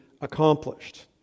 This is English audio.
accomplished